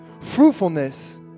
Fruitfulness